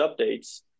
updates